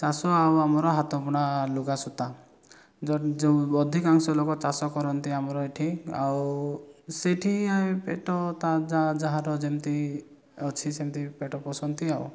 ଚାଷ ଆଉ ଆମର ହାତବୁଣା ଲୁଗା ସୂତା ଯେଉଁ ଅଧିକାଂଶ ଲୋକ ଚାଷ କରନ୍ତି ଆମର ଏଠି ଆଉ ସେଠି ଆଏ ପେଟ ତା ଯାହାର ଯେମିତି ଅଛି ସେମିତି ପେଟ ପୋଷନ୍ତି ଆଉ